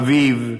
אביו,